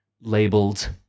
labeled